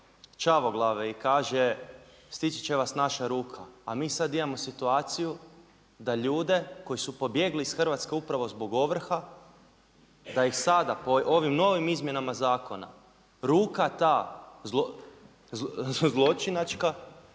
Čavoglave i kaže: „Stići će vas naša ruka“, a mi sad imamo situaciju da ljude koji su pobjegli iz Hrvatske upravo zbog ovrha da ih sada po ovim novim izmjenama zakona ruka ta zločinačka